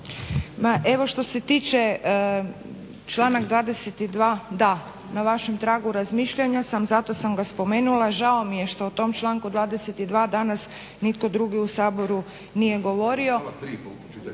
evo što se tiče članak 22. da, na vašem tragu razmišljanja sam, zato sam ga spomenula. Žao mi je što u tom članku 22. danas nitko drugi u Saboru nije govorio.